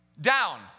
Down